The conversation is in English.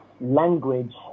language